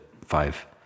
five